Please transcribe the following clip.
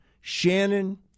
Shannon